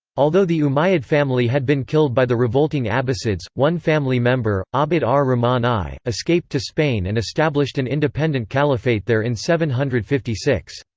although the umayyad family had been killed by the revolting abbasids, one family member, abd ah ar-rahman i, escaped to spain and established an independent caliphate there in seven hundred and fifty six.